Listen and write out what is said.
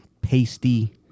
pasty